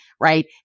right